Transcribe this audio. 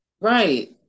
Right